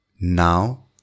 Now